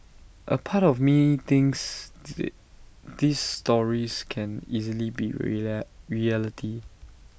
A part of me thinks the these stories can easily be reality